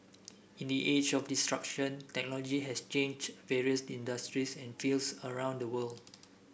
in the age of disruption technology has changed various industries and fields around the world